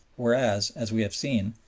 whereas, as we have seen,